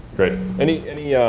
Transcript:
great. any, any,